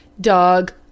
dog